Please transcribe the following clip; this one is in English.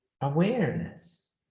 awareness